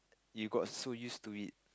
you got so used to it